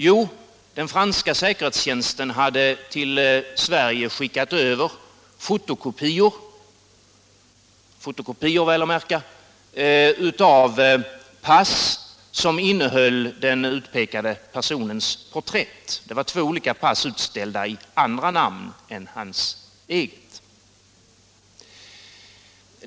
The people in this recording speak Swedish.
Jo, den franska säkerhetstjänsten hade till Sverige skickat över fotokopior — väl att märka —- av pass, som innehöll den utpekade personens porträtt. Det var två olika pass, utställda i andra namn än hans eget.